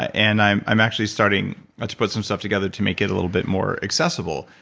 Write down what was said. and i'm i'm actually starting to put some stuff together to make it a little bit more accessible.